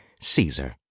Caesar